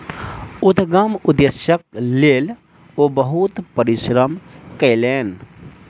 उद्यमक उदेश्यक लेल ओ बहुत परिश्रम कयलैन